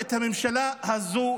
את הממשלה הזו,